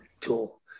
tool